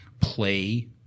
play